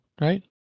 right